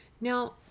Now